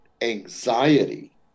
anxiety